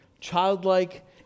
childlike